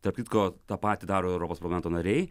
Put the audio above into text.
tarp kitko tą patį daro europos parlamento nariai